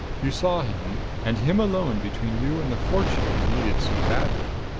you saw him and him alone between you and the fortune you needed so badly.